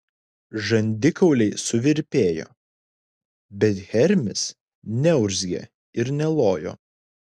žandikauliai suvirpėjo bet hermis neurzgė ir nelojo